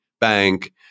bank